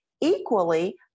Equally